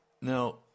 Now